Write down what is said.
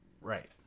Right